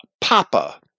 Papa